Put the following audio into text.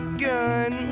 gun